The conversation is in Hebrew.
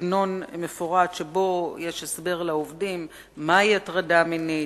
תקנון מפורט שבו יש הסבר לעובדים מהי הטרדה מינית,